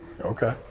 okay